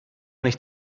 nicht